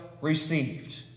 received